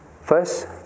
first